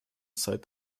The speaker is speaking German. seit